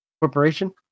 corporation